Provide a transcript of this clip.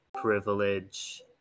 privilege